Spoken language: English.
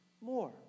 more